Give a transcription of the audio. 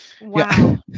Wow